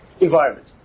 environment